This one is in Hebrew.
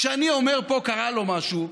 כשאני אומר פה שקרה לו משהו,